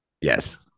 Yes